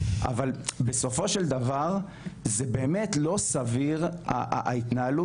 אבל בסופו של דבר זה באמת לא סביר ההתנהלות